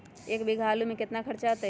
एक बीघा आलू में केतना खर्चा अतै?